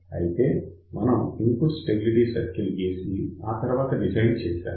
అక్కడ మనం input stability circle గీసి ఆ తర్వాత డిజైన్ చేశాము